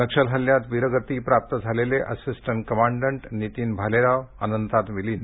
नक्षल हल्ल्यात वीरगती प्राप्त झालेले असिटंट कमाडंट नीतीन भालेराव अनंतात विलीन